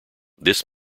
this